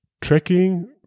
tracking